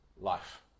life